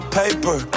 paper